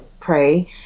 pray